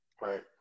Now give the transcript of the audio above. Right